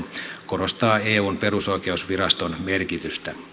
korostaa eun perusoikeusviraston merkitystä